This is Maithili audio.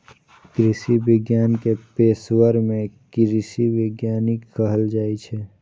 कृषि विज्ञान के पेशवर कें कृषि वैज्ञानिक कहल जाइ छै